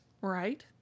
Right